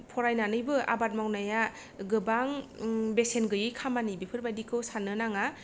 फरायनानैबो आबाद मावनाया गोबां बेसेन गैयि खामानि बेफोरबायदिखौ साननो नाङा